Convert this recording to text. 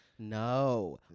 No